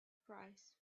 price